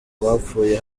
bapfuye